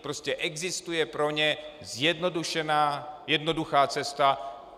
Prostě existuje pro ně zjednodušená, jednoduchá cesta.